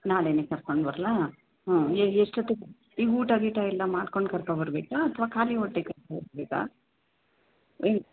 ನಾಳೆನೇ ಕರ್ಕೊಂಡು ಬರಲಾ ಹ್ಞೂ ಎಷ್ಟೊತ್ತಿಗೆ ಈಗ ಊಟ ಗೀಟ ಎಲ್ಲ ಮಾಡ್ಕೊಂಡು ಕರ್ಕೋ ಬರಬೇಕಾ ಅಥವಾ ಖಾಲಿ ಹೊಟ್ಟೆಗೆ ಕರ್ಕೋ ಬರಬೇಕ ಏನು